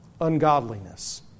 ungodliness